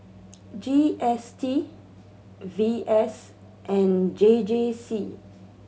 G S T V S and J J C